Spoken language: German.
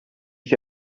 ich